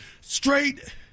straight